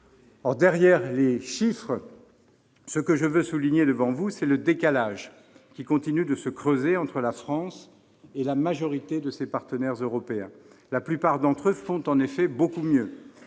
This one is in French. Derrière les chiffres, ce que je veux souligner devant vous, c'est le décalage qui continue de se creuser entre la France et la majorité de ses partenaires européens. La plupart d'entre eux font en effet beaucoup mieux.